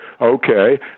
Okay